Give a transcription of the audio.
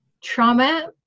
trauma